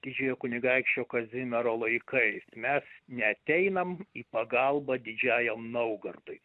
didžiojo kunigaikščio kazimiero laikais mes neateinam į pagalbą didžiajam naugardui